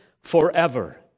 forever